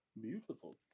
Beautiful